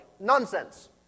nonsense